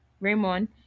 Raymond